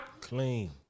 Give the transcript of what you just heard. clean